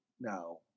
Now